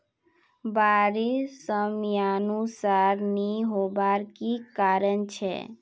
बारिश समयानुसार नी होबार की कारण छे?